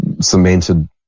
cemented